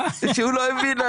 אבל זה באמת לא נעים.